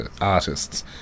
artists